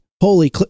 Holy